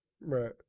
right